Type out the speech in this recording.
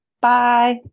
Bye